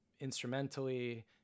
instrumentally